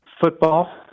Football